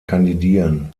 kandidieren